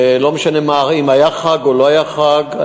ולא משנה אם היה חג או לא היה חג,